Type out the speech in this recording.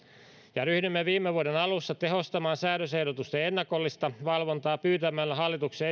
ja ryhdyimme viime vuoden alussa tehostamaan säädösehdotusten ennakollista valvontaa pyytämällä hallituksen